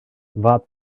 war